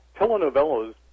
telenovelas